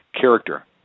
character